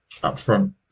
upfront